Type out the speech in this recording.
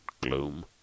gloom